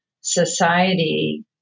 society